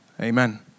amen